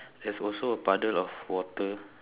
there's also a puddle of water